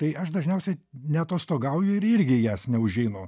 tai aš dažniausiai neatostogauju ir irgi į jas neužeinu